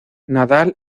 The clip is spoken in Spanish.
nadal